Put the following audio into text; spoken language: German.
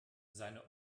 seine